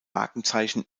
markenzeichen